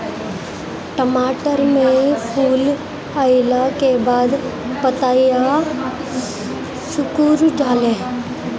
टमाटर में फूल अईला के बाद पतईया सुकुर जाले?